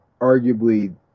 arguably